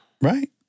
Right